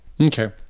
okay